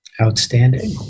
Outstanding